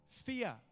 Fear